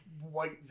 white